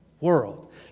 world